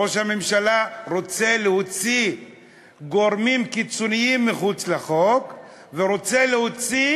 ראש הממשלה רוצה להוציא גורמים קיצוניים מחוץ לחוק ורוצה להוציא